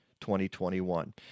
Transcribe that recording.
2021